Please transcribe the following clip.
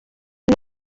ari